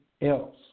else